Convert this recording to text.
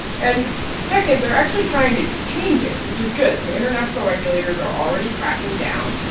and second, they're actually trying to change it, which is good. so international regulators are already cracking down.